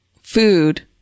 food